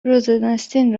روزناستین